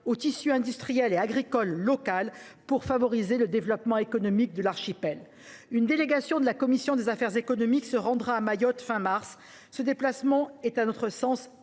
au tissu industriel et agricole local afin de favoriser le développement économique de l’archipel. Une délégation de la commission des affaires économiques se rendra à Mayotte à la fin du mois de mars. Ce déplacement est à notre sens essentiel